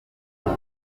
waje